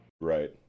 right